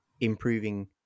improving